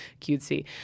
cutesy